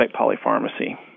polypharmacy